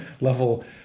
level